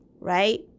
right